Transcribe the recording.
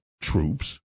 troops